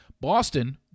Boston